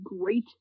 great